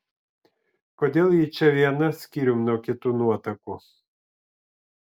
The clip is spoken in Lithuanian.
kodėl ji čia viena skyrium nuo kitų nuotakų